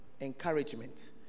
encouragement